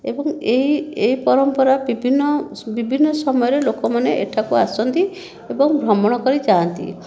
ଏବଂ ଏଇ ଏଇ ପରମ୍ପରା ବିଭିନ୍ନ ବିଭିନ୍ନ ସମୟରେ ଲୋକମାନେ ଏଠାକୁ ଆସନ୍ତି ଏବଂ ଭ୍ରମଣ କରି ଯାଆନ୍ତି